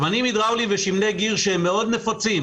שמנים הידראוליים ושמני גיר, שהם מאוד נפוצים